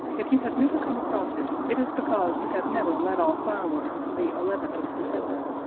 if you have never come across it, it is because you have never let off fireworks on the eleventh of december,